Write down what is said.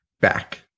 Back